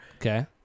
Okay